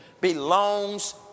belongs